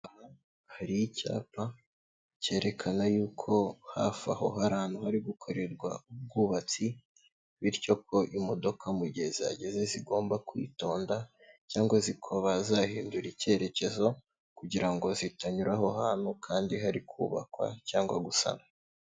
Aha hari icyapa cyerekana yuko hafi aho hari ahantu hari gukorerwa ubwubatsi, bityo ko imodoka mu gihe zihageze zigomba kwitonda cyangwa zikaba zahindura icyerekezo kugira ngo zitanyura aho hantu kandi hari kubakwa cyangwa gusanwa.